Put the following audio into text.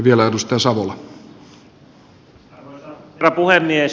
arvoisa herra puhemies